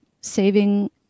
saving